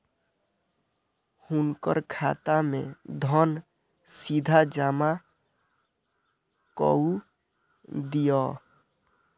हुनकर खाता में धन सीधा जमा कअ दिअ